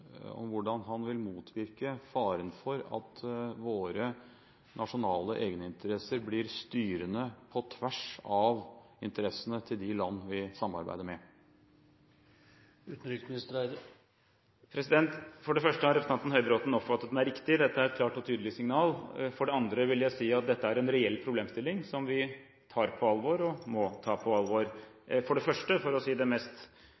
hvordan han vil motvirke faren for at våre nasjonale egeninteresser blir styrende, på tvers av interessene til de land vi samarbeider med. For det første har representanten Høybråten oppfattet meg riktig. Dette er et klart og tydelig signal. For det andre vil jeg si at dette er en reell problemstilling som vi tar på alvor, og må ta på alvor. For å si det mest